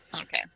Okay